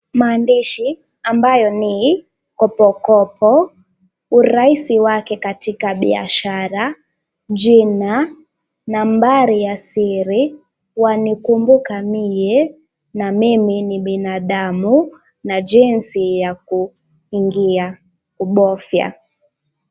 Maandishi ambayo ni kopokopo, urahisi wake katika biashara, jina, nambari ya siri, wanikumbuka mie na mimi ni binadamu na jinsi ya kuingia kubofya.